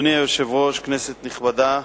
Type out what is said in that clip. אדוני היושב-ראש, כנסת נכבדה,